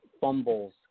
fumbles